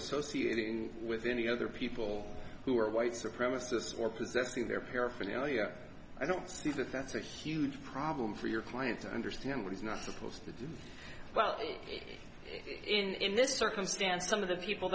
associate with any other people who are white supremacist or possessing their paraphernalia i don't see that that's a huge problem for your client to understand what he's not supposed to do well in this circumstance some of the people